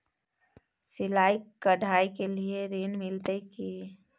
सिलाई, कढ़ाई के लिए ऋण मिलते की?